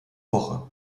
woche